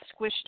squished